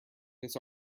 this